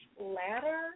ladder